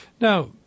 Now